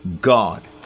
God